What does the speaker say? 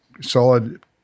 solid